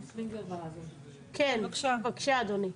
בבקשה, אדוני.